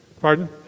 Pardon